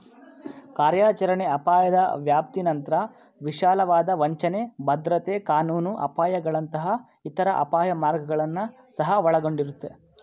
ಕಾರ್ಯಾಚರಣೆ ಅಪಾಯದ ವ್ಯಾಪ್ತಿನಂತ್ರ ವಿಶಾಲವಾದ ವಂಚನೆ, ಭದ್ರತೆ ಕಾನೂನು ಅಪಾಯಗಳಂತಹ ಇತರ ಅಪಾಯ ವರ್ಗಗಳನ್ನ ಸಹ ಒಳಗೊಂಡಿರುತ್ತೆ